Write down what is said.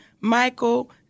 Michael